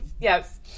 Yes